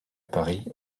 paris